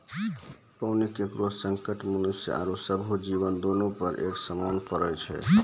पानी केरो संकट मनुष्य आरो सभ्भे जीवो, दोनों पर एक समान पड़ै छै?